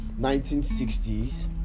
1960s